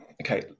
okay